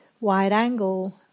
wide-angle